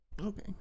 Okay